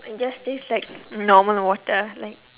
it just taste like normal water ah like